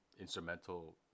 instrumental